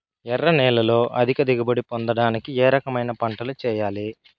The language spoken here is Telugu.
ఎర్ర నేలలో అధిక దిగుబడి పొందడానికి ఏ రకమైన పంటలు చేయాలి?